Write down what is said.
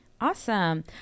awesome